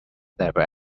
never